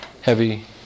heavy